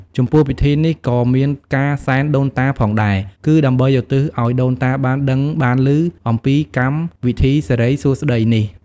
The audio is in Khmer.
ចំពោះពិធីនេះក៏មានការ សែនដូនតាផងដែរ គឺដើម្បីឧទ្ទិសអោយដូនតាបានដឹងបានលឺ អំពីកម្មវិធីសេរីសួស្ដីនេះ។